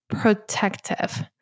protective